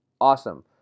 Awesome